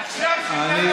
אשר על כן,